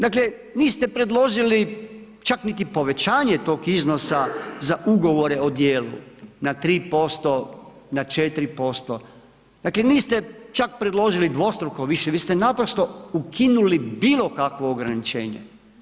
Dakle niste predložili čak niti povećanje tog iznosa za ugovore o djelu na 3%, na 4%, dakle niste čak predložili dvostruko više, vi ste naprosto ukinuli bilo kakvo ograničenje.